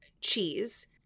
cheese